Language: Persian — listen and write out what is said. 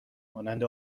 مانند